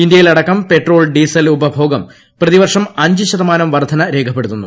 ഇന്തൃയിലടക്കം petrol diesel ഉപഭോഗം പ്രതിവർഷം അഞ്ച് ശതമാന വർദ്ധന രേഖപ്പടുത്തുന്നു